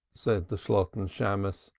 said the shalotten shammos,